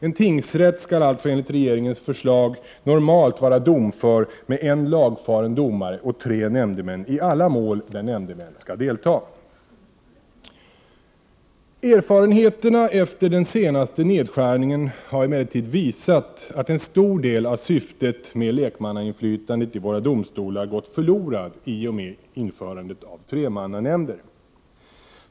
En tingsrätt skall alltså enligt regeringens förslag normalt vara domför med en lagfaren domare och tre nämndemän i alla mål där nämndemän skall delta. Erfarenheterna efter den senaste nedskärningen har emellertid visat att en stor del av syftet med lekmannainflytandet i våra domstolar gått förlorat i och med införandet av tremannanämnder.